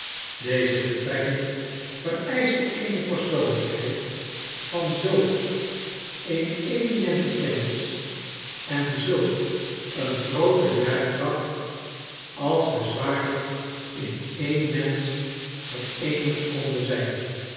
deze betrekking vereischte eene persoonlijkheid van zulk een eminente kennis en zulk een groote werkkracht als bezwaarlijk in een mensch vereenigd konden zijn